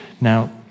Now